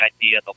idea